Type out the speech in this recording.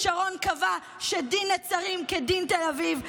כששרון קבע שדין נצרים כדין תל אביב,